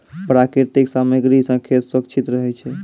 प्राकृतिक सामग्री सें खेत सुरक्षित रहै छै